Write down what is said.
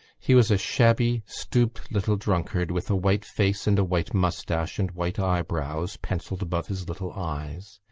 he was a shabby stooped little drunkard with a white face and a white moustache and white eyebrows, pencilled above his little eyes,